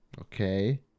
Okay